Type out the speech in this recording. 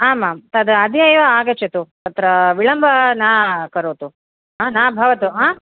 आम् आं तद् अद्य एव आगच्छतु अत्र विलम्बं न करोतु न भवतु